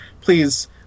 please